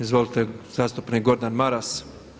Izvolite, zastupnik Gordan Maras.